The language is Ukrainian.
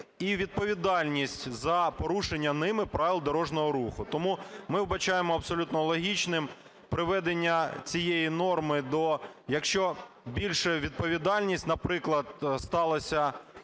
у відповідальності за порушення ними правил дорожнього руху. Тому ми вбачаємо абсолютно логічним приведення цієї норми до… Якщо більша відповідальність, наприклад, сталася